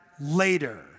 later